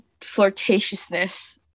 flirtatiousness